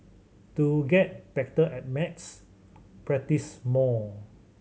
to get better at maths practise more